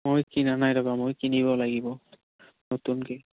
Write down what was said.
মই কিনা নাই ৰ'বা মই কিনিব লাগিব নতুনকৈ